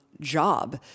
job